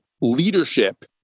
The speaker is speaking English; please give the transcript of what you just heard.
leadership